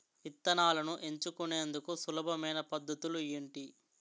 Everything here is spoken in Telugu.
విత్తనాలను ఎంచుకునేందుకు సులభమైన పద్ధతులు ఏంటి?